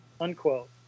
Unquote